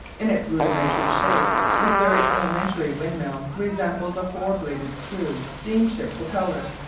in its rudimentary shape this very elementary windmill resembles a four-bladed screw steam-ship propeller.